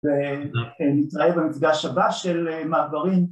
ונתראה במפגש הבא של מעברים.